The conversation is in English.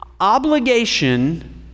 obligation